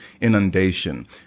inundation